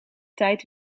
tijd